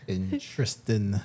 interesting